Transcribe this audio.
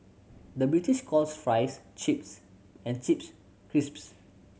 the British calls fries chips and chips crisps